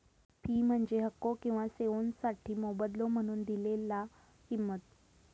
fee म्हणजे हक्को किंवा सेवोंसाठी मोबदलो म्हणून दिलेला किंमत